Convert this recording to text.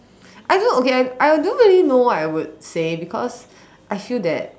I don't know okay I I don't really know what I would say because I feel that